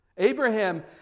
Abraham